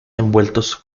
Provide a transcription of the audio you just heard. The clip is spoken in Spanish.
envueltos